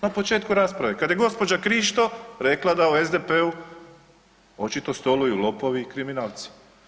Na početku rasprave kad je gđa. Krišto rekla da u SDP-u očito stoluju lopovi i kriminalci.